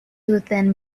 within